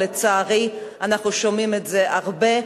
לצערי, אנחנו שומעים את זה הרבה.